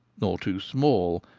nor too small,